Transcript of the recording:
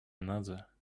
another